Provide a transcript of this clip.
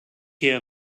her